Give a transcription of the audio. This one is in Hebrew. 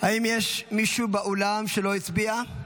האם יש מישהו באולם שלא הצביע?